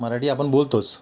मराठी आपण बोलतोच